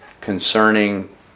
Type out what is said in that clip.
concerning